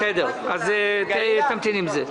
בסדר, אז תמתין עם זה.